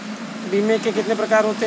बीमे के कितने प्रकार हैं?